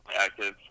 active